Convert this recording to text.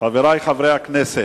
חברי חברי הכנסת,